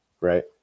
right